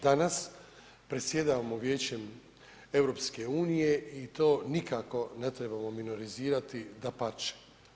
Danas predsjedamo Vijećem EU i to nikako ne trebamo minorizirati, dapače.